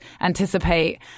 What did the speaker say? anticipate